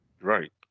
Right